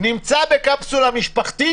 נמצא בקפסולה משפחתית